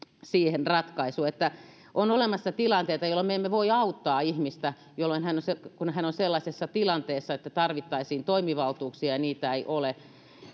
siihen ratkaisu on olemassa tilanteita jolloin me emme voi auttaa ihmistä kun hän on sellaisessa tilanteessa että tarvittaisiin toimivaltuuksia ja niitä ei ole